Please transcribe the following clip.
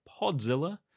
Podzilla